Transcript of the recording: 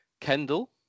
Kendall